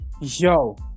yo